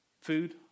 Food